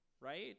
right